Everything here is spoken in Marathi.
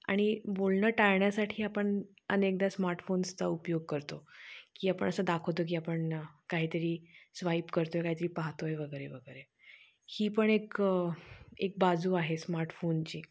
आणि बोलणं टाळण्यासाठी आपण अनेकदा स्मार्टफोन्सचा उपयोग करतो की आपण असं दाखवतो की आपण काहीतरी स्वाईप करतो आहे काहीतरी पाहतो आहे वगैरे वगैरे ही पण एक एक बाजू आहे स्मार्टफोनची